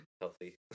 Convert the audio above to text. healthy